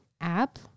app